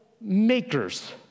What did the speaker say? makers